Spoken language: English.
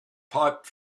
pipe